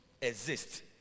exist